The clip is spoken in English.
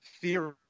theory